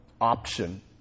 option